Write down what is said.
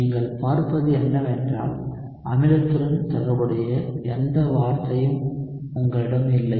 நீங்கள் பார்ப்பது என்னவென்றால் அமிலத்துடன் தொடர்புடைய எந்த வார்த்தையும் உங்களிடம் இல்லை